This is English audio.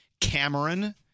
Cameron